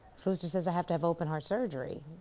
fuster says i have to have open heart surgery.